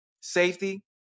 safety